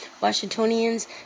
Washingtonians